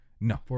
No